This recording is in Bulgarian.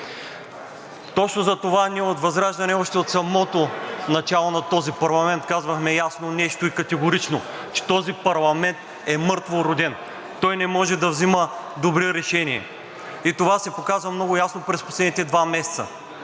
Точно затова ние от ВЪЗРАЖДАНЕ още от самото начало на този парламент казвахме ясно и категорично нещо, че този парламент е мъртвороден. Той не може да взима добри решения и това се показа много ясно през последните два месеца.